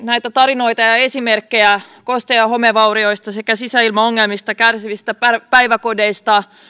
näitä tarinoita ja esimerkkejä kosteus ja homevaurioista sekä sisäilmaongelmista kärsivistä päiväkodeista